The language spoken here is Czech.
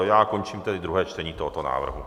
Já končím tedy druhé čtení tohoto návrhu.